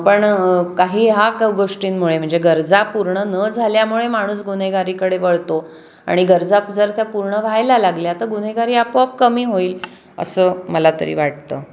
पण काही ह्या गोष्टींमुळे म्हणजे गरजा पूर्ण न झाल्यामुळे माणूस गुन्हेगारीकडे वळतो आणि गरजा जर त्या पूर्ण व्हायला लागल्या तर गुन्हेगारी आपोआप कमी होईल असं मला तरी वाटतं